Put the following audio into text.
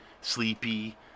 sleepy